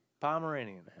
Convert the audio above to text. Pomeranian